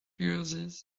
uses